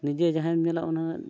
ᱱᱤᱡᱮ ᱡᱟᱦᱟᱸᱭᱮᱢ ᱧᱮᱞᱟ ᱚᱱᱟ